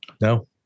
No